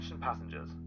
passengers